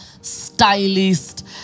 stylist